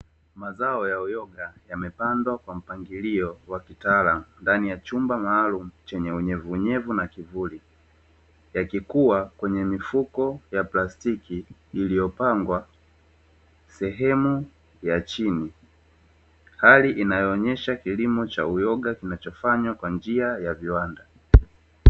Mazao ya uyoga yamepandwa kwenye chumba maalumu yakikuwa yakiwa yamepandwa sehemu ya chini